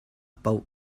poh